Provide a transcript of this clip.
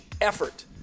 effort